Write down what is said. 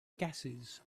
gases